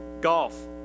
Golf